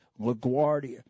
LaGuardia